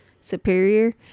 superior